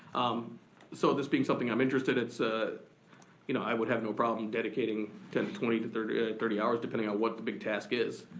so this being something i'm interested, ah you know i would have no problem dedicating ten, twenty, thirty ah thirty hours depending on what the big task is.